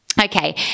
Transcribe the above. Okay